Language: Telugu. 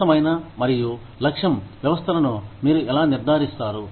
సరసమైన మరియు లక్ష్యం వ్యవస్థలను మీరు ఎలా నిర్ధారిస్తారు